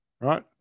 Right